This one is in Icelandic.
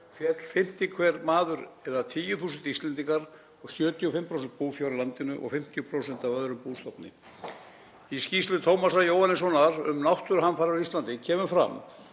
fimmti hver maður eða 10.000 Íslendingar og 75% búfjár á landinu og 50% af öðrum bústofni. Í skýrslu Tómasar Jóhannessonar um náttúruhamfarir á Íslandi kemur fram